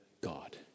God